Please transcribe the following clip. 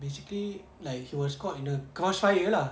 basically like he was caught in the crossfire lah